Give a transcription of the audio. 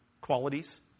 qualities